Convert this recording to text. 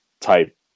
type